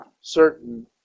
certain